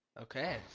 Okay